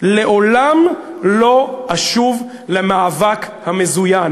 לעולם לא אשוב למאבק המזוין